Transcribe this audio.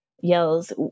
yells